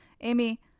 Amy